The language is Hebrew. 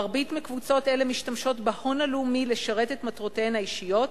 מרבית מקבוצות אלה משתמשות בהון הלאומי לשרת את מטרותיהן האישיות,